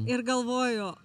ir galvoju